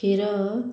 କ୍ଷୀର